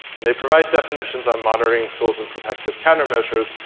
and they provide def nixes um monitoring tools and protective counter measures.